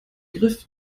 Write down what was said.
griff